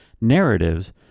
narratives